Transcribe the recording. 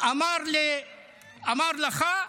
אמר לך: